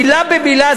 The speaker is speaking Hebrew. מילה במילה,